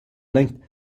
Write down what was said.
linked